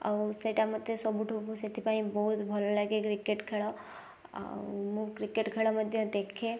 ଆଉ ସେଇଟା ମୋତେ ସବୁଠୁ ସେଥିପାଇଁ ବହୁତ ଭଲ ଲାଗେ କ୍ରିକେଟ୍ ଖେଳ ଆଉ ମୁଁ କ୍ରିକେଟ୍ ଖେଳ ମଧ୍ୟ ଦେଖେ